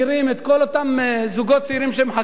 את כל אותם זוגות צעירים שמחכים.